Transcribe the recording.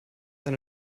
eine